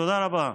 תודה רבה.